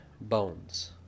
bones